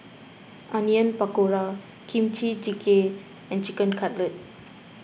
Onion Pakora Kimchi Jjigae and Chicken Cutlet